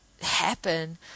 happen